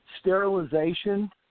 sterilization